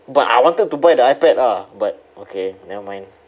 but I wanted to buy the ipad lah but okay never mind